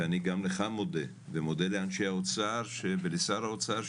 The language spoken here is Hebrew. אני גם לך מודה ומודה לאנשי האוצר ולשר האוצר,